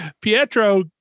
Pietro